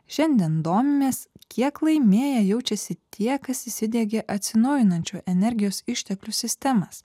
šiandien domimės kiek laimėję jaučiasi tie kas įsidegė atsinaujinančių energijos išteklių sistemas